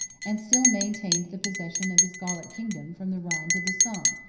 and still maintained the possession of his gallic kingdom from the rhine to the somme.